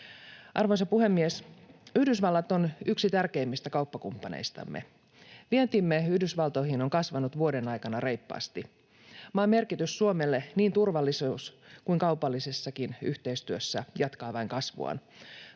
Arvoisa puhemies! Yhdysvallat on yksi tärkeimmistä kauppakumppaneistamme. Vientimme Yhdysvaltoihin on kasvanut vuoden aikana reippaasti. Maan merkitys Suomelle niin turvallisuus- kuin kaupallisessakin yhteistyössä vain jatkaa kasvuaan.